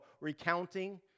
recounting